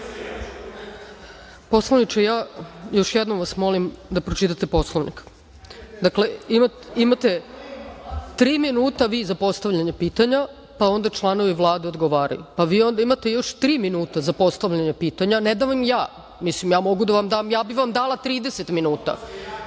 vreme. Poslaniče ja vas još jednom molim da pročitate Poslovnik. Dakle, imate tri minuta vi za postavljanje pitanja, pa onda članovi Vlade odgovaraju, pa vi onda imate još tri minuta za postavljanje pitanja, ne dam vam ja, mislim ja mogu da vam da i ja bih vam dala 30